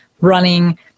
running